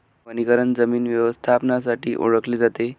वनीकरण जमीन व्यवस्थापनासाठी ओळखले जाते